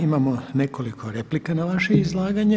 Imamo nekoliko replika na vaše izlaganje.